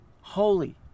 holy